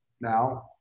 now